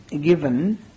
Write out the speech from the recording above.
given